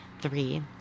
Three